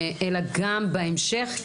אלא גם בהמשך,